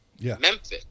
Memphis